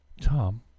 Tom